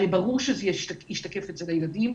הרי ברור שזה ישתקף אצל הילדים.